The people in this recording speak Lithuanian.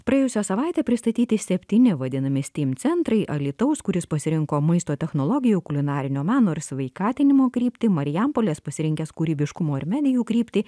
praėjusią savaitę pristatyti septyni vadinami steam centrai alytaus kuris pasirinko maisto technologijų kulinarinio meno ir sveikatinimo kryptį marijampolės pasirinkęs kūrybiškumo ir medijų kryptį